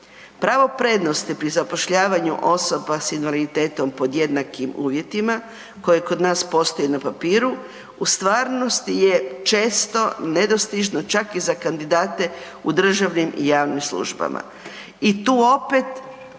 Pravo prednosti pri zapošljavanju osoba sa invaliditetom pod jednakim uvjetima koje kod nas postoji na papiru, u stvarnosti je često nedostižno čak i za kandidate u državnim i javnim službama.